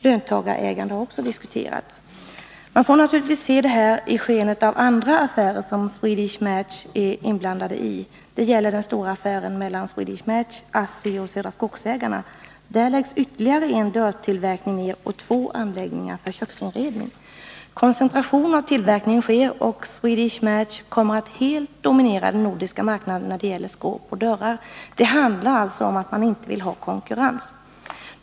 Löntagarägande har också diskuterats. Man får naturligtvis se det här i skenet av annat som Swedish Match är inblandat i. Det gäller den stora affären mellan Swedish Match, ASSI och Södra Skogsägarna AB. Där läggs ytterligare en dörrtillverkning ned och två anläggningar för köksinredning. Koncentration av tillverkningen sker, och Swedish Match kommer att helt dominera den nordiska marknaden när det gäller skåp och dörrar. Det handlar alltså om att man inte vill ha konkurrens.